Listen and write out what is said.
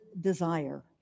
desire